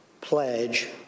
pledge